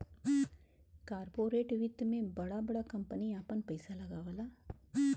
corporate वित्त मे बड़ा बड़ा कम्पनी आपन पइसा लगावला